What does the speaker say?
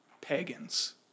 pagans